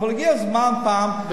אבל הגיע הזמן הפעם,